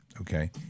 okay